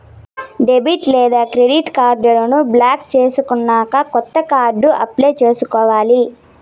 debit లేదా credit కార్డులను block చేసినాక కొత్త కార్డు అప్లై చేసుకోవాలి